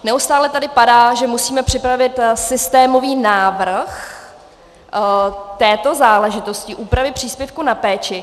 Neustále tady padá, že musíme připravit systémový návrh této záležitosti, úpravy příspěvků na péči.